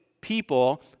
people